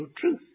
truth